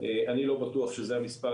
אני לא בטוח שזה המספר,